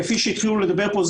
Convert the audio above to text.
כפי שהתחילו לדבר פה,